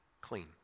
clean